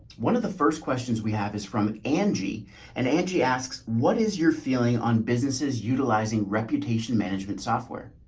one of the first questions we have is from angie and angie asks, what is your feeling on businesses utilizing reputation management software?